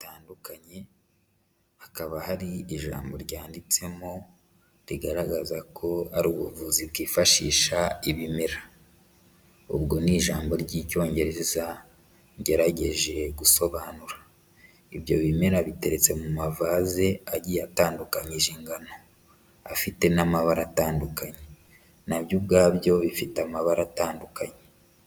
Bitandukanye, hakaba hari ijambo ryanditsemo rigaragaza ko ari ubuvuzi bwifashisha ibimera. Ubwo ni ijambo ry'Icyongereza, ngerageje gusobanura. Ibyo bimera biteretse mu mavaze agiye atandukanyije ingano, afite n'amabara atandukanye, na byo ubwabyo bifite amabara atandukanye.